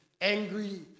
angry